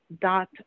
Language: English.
Dot